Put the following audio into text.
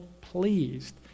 pleased